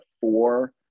four